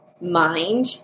mind